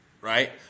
right